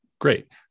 Great